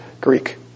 Greek